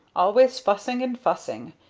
always fussing and fussing.